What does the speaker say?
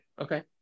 okay